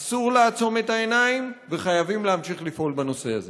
אסור לעצום את העיניים וחייבים להמשיך לפעול בנושא הזה.